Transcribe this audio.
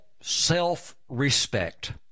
self-respect